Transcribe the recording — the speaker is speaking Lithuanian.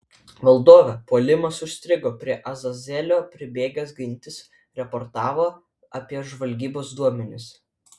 valdove puolimas užstrigo prie azazelio pribėgęs gintis raportavo apie žvalgybos duomenis